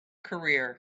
career